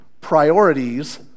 priorities